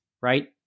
right